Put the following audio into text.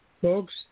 Folks